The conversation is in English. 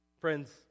Friends